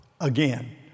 again